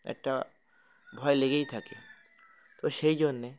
একটা ভয় লেগেই থাকে তো সেই জন্যে